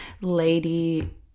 Lady